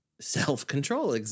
self-control